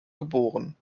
geboren